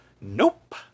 Nope